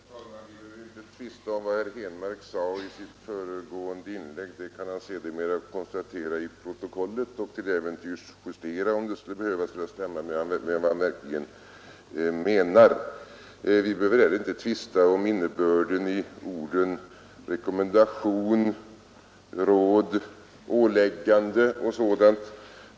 Herr talman! Vi behöver inte tvista om vad herr Henmark sade i sitt föregående inlägg. Det kan han sedermera konstatera i protokollet och till äventyrs justera om det skulle behövas för att stämma med vad han verkligen menar. Vi behöver heller inte tvista om innebörden i orden rekommendation, råd, åläggande osv.